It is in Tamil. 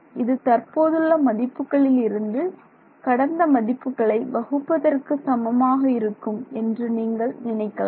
இது தற்போதுள்ள மதிப்புகளில் இருந்து கடந்த மதிப்புகளை வகுப்பதற்கு சமமாக இருக்கும் என்று நீங்கள் நினைக்கலாம்